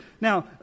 Now